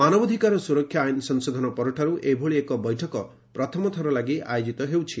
ମାନବାଧିକାର ସୁରକ୍ଷା ଆଇନ୍ ସଂଶୋଧନ ପରଠାରୁ ଏଭଳି ଏକ ବୈଠକ ପ୍ରଥମଥର ଲାଗି ଆୟୋକିତ ହେଉଛି